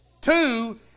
Two